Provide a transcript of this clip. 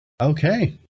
Okay